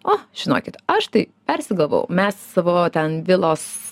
o žinokit aš tai persigalvojau mes savo ten vilos